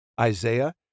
Isaiah